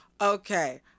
Okay